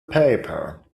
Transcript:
paper